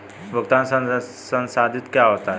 भुगतान संसाधित क्या होता है?